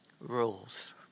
rules